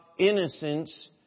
Innocence